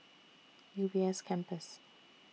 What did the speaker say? U B S Campus